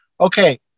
Okay